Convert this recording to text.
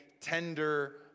tender